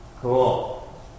Cool